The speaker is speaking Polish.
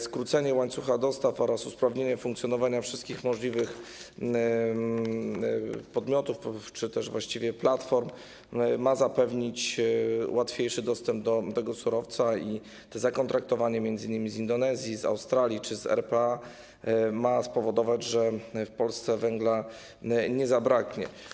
Skrócenie łańcucha dostaw oraz usprawnienie funkcjonowania wszystkich możliwych podmiotów czy też właściwie platform ma zapewnić łatwiejszy dostęp do tego surowca, a zakontraktowanie m.in. z Indonezji, Australii czy z RPA ma spowodować, że w Polsce węgla nie zabraknie.